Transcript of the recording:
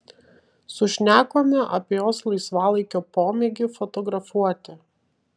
sušnekome apie jos laisvalaikio pomėgį fotografuoti